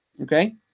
Okay